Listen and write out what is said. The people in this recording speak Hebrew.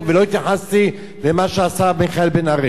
ולא התייחסתי למה שאמר מיכאל בן-ארי.